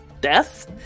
death